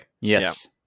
Yes